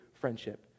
friendship